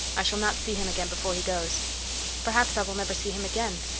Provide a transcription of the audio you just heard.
i shall not see him again before he goes perhaps i will never see him again.